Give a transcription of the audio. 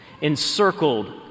encircled